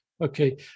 Okay